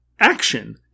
action